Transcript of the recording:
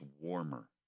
warmer